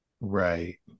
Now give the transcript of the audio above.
Right